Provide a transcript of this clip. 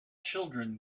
children